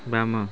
ବାମ